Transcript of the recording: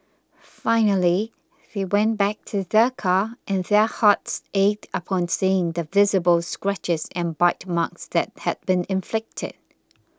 finally they went back to their car and their hearts ached upon seeing the visible scratches and bite marks that had been inflicted